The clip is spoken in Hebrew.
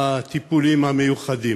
הטיפולים המיוחדים,